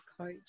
coach